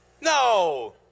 No